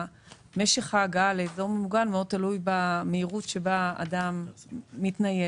משך ההגעה לאזור ממוגן מאוד תלוי במהירות שבה אדם מתנייד.